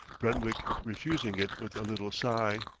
brentwick refusing it with a little sigh.